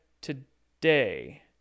today